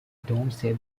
domesday